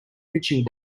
pitching